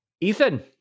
Ethan